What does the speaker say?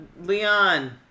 Leon